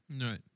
Right